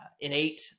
innate